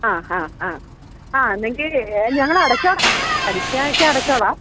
ആ ഹാ ആ ആ എന്നെങ്കി ഞങ്ങള് അടച്ചോളാം പലിശയൊക്കെ അടച്ചോളാം